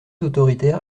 autoritaire